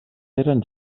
eren